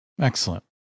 Excellent